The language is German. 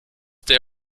der